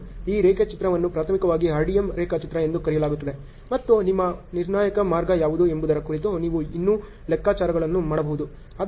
ಈ ರೇಖಾಚಿತ್ರವನ್ನು ಪ್ರಾಥಮಿಕವಾಗಿ RDM ರೇಖಾಚಿತ್ರ ಎಂದು ಕರೆಯಲಾಗುತ್ತದೆ ಮತ್ತು ನಿಮ್ಮ ನಿರ್ಣಾಯಕ ಮಾರ್ಗ ಯಾವುದು ಎಂಬುದರ ಕುರಿತು ನೀವು ಇನ್ನೂ ಲೆಕ್ಕಾಚಾರಗಳನ್ನು ಮಾಡಬಹುದು